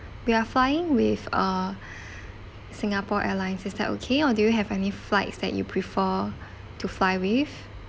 we are flying with uh singapore airlines is that okay or do you have any flights that you prefer to fly with